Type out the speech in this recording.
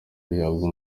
rihabwa